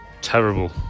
terrible